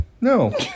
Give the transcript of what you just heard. No